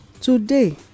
Today